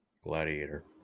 Gladiator